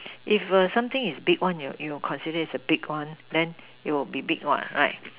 if something is big one you will you will consider is a big one then it will be big what right